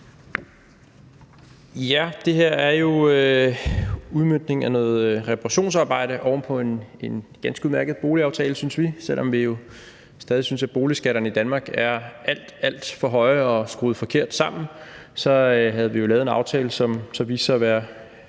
Det her er jo en udmøntning af noget reparationsarbejde oven på en ganske udmærket boligaftale, synes vi. Selv om vi jo stadig synes, at boligskatterne i Danmark er alt, alt for høje og skruet forkert sammen, så havde vi jo lavet en aftale, som viste sig at være